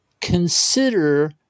consider